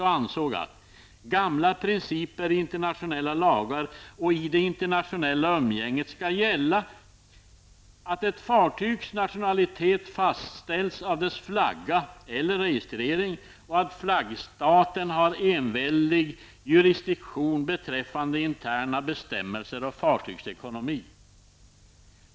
Man ansåg ''att gamla principer i internationella lagar och i de internationella umgänget skall gälla, att ett fartygs nationalitet fastställs av dess flagga eller registrering och att flaggstaten har enväldig juristdiktion beträffande interna bestämmelser och fartygens ekonomi''.